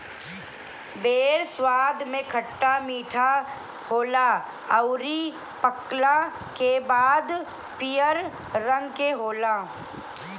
बेर स्वाद में खट्टा मीठा होला अउरी पकला के बाद पियर रंग के होला